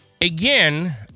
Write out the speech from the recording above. again